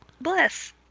bless